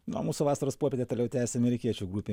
na o mūsų vasaros puopietę toliau tęsia amerikiečių grupė